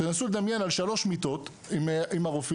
תנסו לדמיין על שלוש מיטות עם הרופאים,